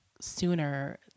sooner